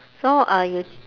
so uh you